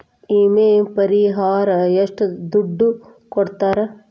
ವಿಮೆ ಪರಿಹಾರ ಎಷ್ಟ ದುಡ್ಡ ಕೊಡ್ತಾರ?